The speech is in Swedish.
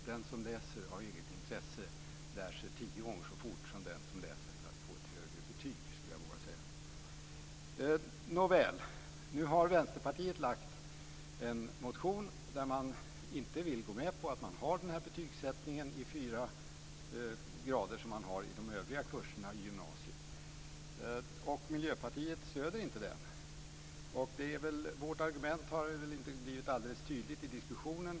Den som läser av eget intresse lär sig tio gånger så fort som den som läser för att få ett högre betyg. Nu har Vänsterpartiet väckt en motion där man inte vill gå med på att ha den här betygssättningen i fyra grader som finns i de övriga kurserna i gymnasiet. Miljöpartiet stöder inte den motionen. Vårt argument har inte blivit helt tydligt i diskussionen.